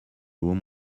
room